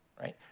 right